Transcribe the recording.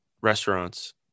restaurants